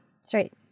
Straight